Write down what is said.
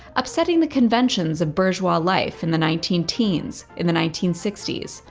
upsetting the conventions of bourgeois life in the nineteen teens, in the nineteen sixty s,